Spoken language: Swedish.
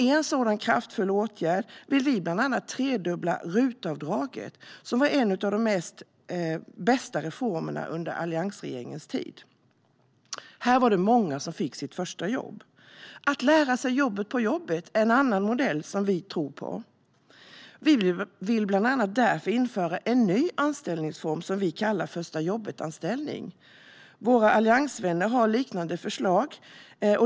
En sådan kraftfull åtgärd är bland annat att vi vill tredubbla RUT-avdraget, som var en av de bästa reformerna under alliansregeringens tid. Där fick många sitt första jobb. Att lära sig jobbet på jobbet är en annan modell som vi tror på. Därför vill vi bland annat införa en ny anställningsform som vi kallar förstajobbetanställning. Våra alliansvänner har liknande förslag.